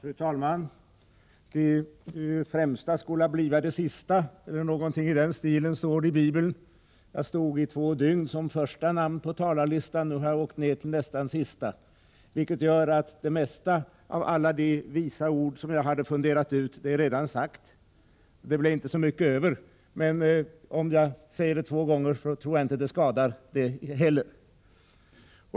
Fru talman! De främsta skola bliva de sista, eller någonting i den stilen, står det i Bibeln. Jag stod i två dygn som första namn på talarlistan och har nu åkt ned till nästan sista, vilket gör att det mesta av alla de visa ord som jag hade funderat ut redan är sagt. Det blev inte så mycket över, men om jag säger dessa en gång till, tror jag inte att det skadar det heller.